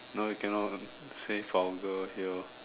no we cannot say vulgar here